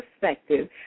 perspective